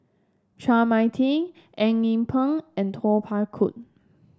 Chua Mia Tee Eng Yee Peng and Kuo Pao Kun